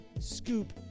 scoop